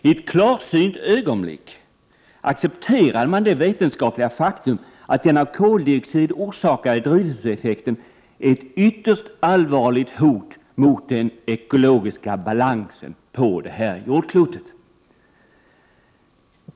I ett klarsynt ögonblick accepterade man det vetenskapliga faktum att den av koldioxid orsakade drivhuseffekten är ett ytterst allvarligt hot mot den ekologiska balansen på det här jordklotet.